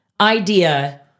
idea